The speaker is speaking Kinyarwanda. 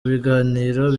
biganiro